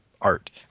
art